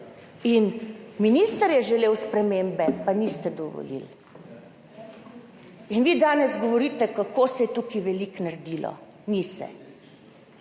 Minister je želel spremembe, pa niste dovolili. In vi danes govorite, kako se je tukaj veliko naredilo. Ni se